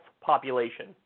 population